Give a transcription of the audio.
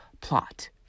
plot